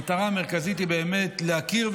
המטרה המרכזית היא באמת להכיר,